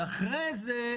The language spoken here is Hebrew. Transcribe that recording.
ואחרי זה,